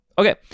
Okay